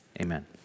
amen